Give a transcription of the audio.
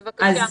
בבקשה,